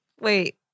wait